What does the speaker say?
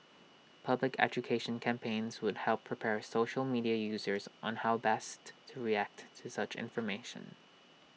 public education campaigns would help prepare social media users on how best to react to such information